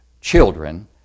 children